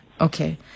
Okay